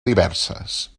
diverses